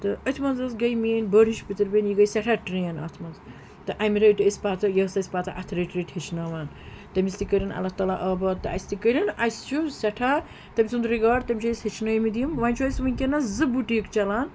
تہٕ أتھۍ منٛز حظ گٔے میٲۍ بڑہش پِتٕر بیٚنہِ یہِ گٔے سٮ۪ٹھاہ ٹرٛین اَتھ منٛز تہٕ اَمہِ رٔٹۍ ٲسۍ پَتہٕ یہِ ٲسۍ پَتہٕ اَتھ رٔٹۍ رٔٹۍ ہیٚچھناوان تٔمِس تہِ کٔرِن اللہ تعالی آباد تہٕ اَسہِ تہِ کٔرِن اَسہِ چھُ سٮ۪ٹھاہ تٔمۍ سُنٛد رگاڑ تٔم چھِ أسۍ ہیچھنٲومٕتۍ یِم وۄنۍ چھُ أسۍ وٕنکیٚنَس زٕ بُٹیٖک چلان